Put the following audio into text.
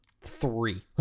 three